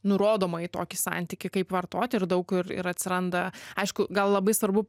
nurodoma į tokį santykį kaip vartoti ir daug kur ir atsiranda aišku gal labai svarbu